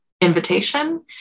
invitation